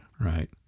right